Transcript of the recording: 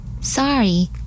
Sorry